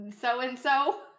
So-and-so